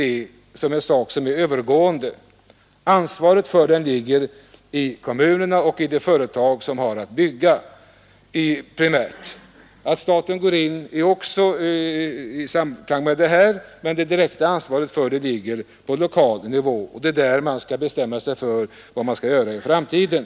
Det primära ansvaret för problemets lösning ligger hos kommunerna och de företag som har att bygga. Även om staten också tar initiativ för att lösa en del problem ligger ansvaret på lokal nivå, och det är där man skall bestämma vad som skall göras i framtiden.